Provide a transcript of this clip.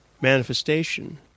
manifestation